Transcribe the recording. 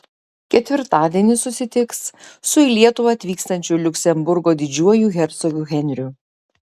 ketvirtadienį susitiks su į lietuvą atvykstančiu liuksemburgo didžiuoju hercogu henriu